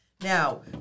Now